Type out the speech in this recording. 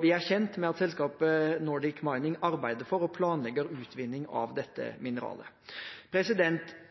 Vi er kjent med at selskapet Norge Mining arbeider for og planlegger utvinning av dette mineralet.